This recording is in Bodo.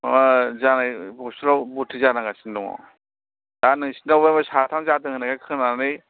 माबा जानाय हस्पिताल आव भर्ति जानांगासिनो दङ दा नोंसोरनावबो बे साथाम जादों होननायखाय खोनानानै